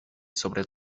sobre